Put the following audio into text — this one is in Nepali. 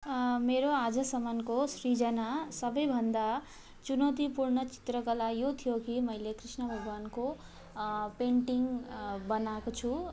मेरो आजसम्मको सृजना सबैभन्दा चुनौतीपूर्ण चित्रकला यो थियो कि मैले कृष्ण भगवानको पेन्टिङ बनाएको छु